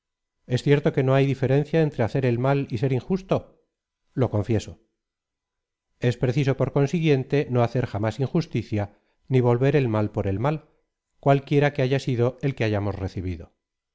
es cierto que no hay diferencia entre hacer el mal y ser injusto lo confieso es preciso por consiguiente no hacer jamás injusticia ni volver el mal por el mal cualquiera que haya sido el que hayamos recibido